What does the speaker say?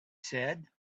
said